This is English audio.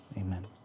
amen